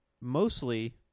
mostly